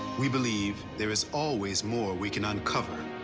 we believe there is always more we can uncover